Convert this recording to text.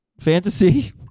fantasy